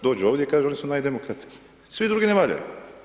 Dođu ovdje, kažu oni su naj demokratskiji, svi drugi ne valjaju.